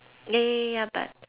ya ya ya ya but